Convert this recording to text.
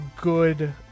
good